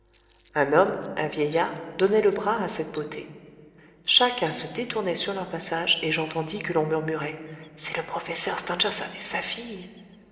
un homme un vieillard donnait le bras à cette beauté chacun se détournait sur leur passage et j'entendis que l'on murmurait c'est le professeur stangerson et sa fille